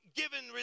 given